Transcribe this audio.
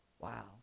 wow